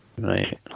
Right